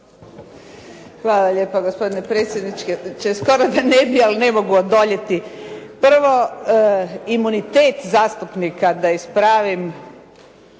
Hvala lijepa gospodine predsjedniče, skoro da ne bi, ali ne mogu odoljeti. Prvo, imunitet zastupnika da ispravim,